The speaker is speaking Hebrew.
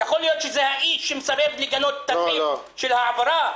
יכול להיות שזה האיש שמסרב לגנות את הסעיף של ההעברה?